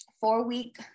four-week